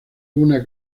una